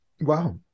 Wow